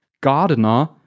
Gardener